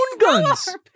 guns